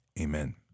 Amen